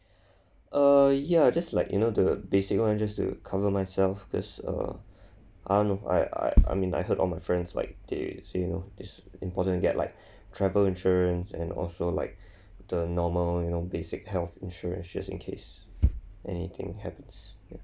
err ya just like you know the basic one just to cover myself because uh I'm I I I mean I've heard of my friends like they said you know it's important to get like travel insurance and also like the normal you know basic health insurance just in case anything happens